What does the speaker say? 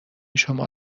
شما